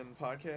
podcast